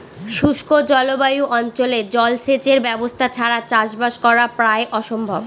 শুষ্ক জলবায়ু অঞ্চলে জলসেচের ব্যবস্থা ছাড়া চাষবাস করা প্রায় অসম্ভব